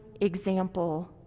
example